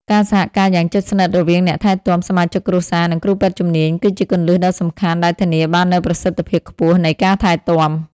ការសហការយ៉ាងជិតស្និទ្ធរវាងអ្នកថែទាំ សមាជិកគ្រួសារ និងគ្រូពេទ្យជំនាញ គឺជាគន្លឹះដ៏សំខាន់ដែលធានាបាននូវប្រសិទ្ធភាពខ្ពស់នៃការថែទាំ។